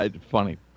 Funny